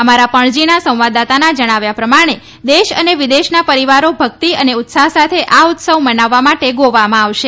અમારા પણજીનાં સંવાદદાતાનાં જણાવ્યા પ્રમાણે દેશ અને વિદેશનાં પરિવારો ભેતક્ત અને ઉત્સાહ સાથે આ ઉત્સવ મનાવવા માટે ગોવામાં આવશે